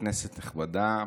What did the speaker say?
כנסת נכבדה,